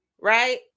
Right